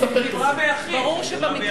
יש לי שותפים רבים נוספים,